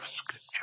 Scripture